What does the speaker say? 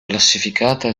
classificata